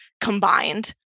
combined